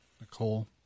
Nicole